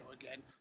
again